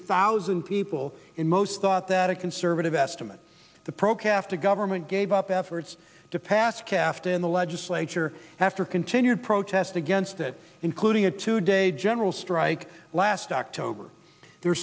thousand people in most thought that a conservative estimate the pro cast a government gave up efforts to pass cast in the legislature after continued protest against it including a two day general strike last october the